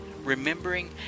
Remembering